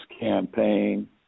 campaign